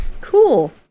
cool